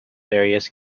various